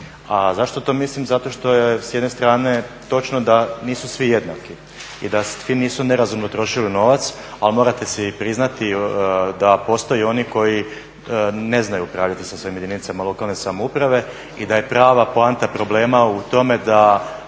zašto što mislim? Zato što je s jedne strane točno da nisu svi jednaki i da svi nisu nerazumno trošili novac, ali morate si priznati da postoje oni koji ne znaju upravljati sa svojim jedinicama lokalne samouprave i da je prava poanta problema u tome da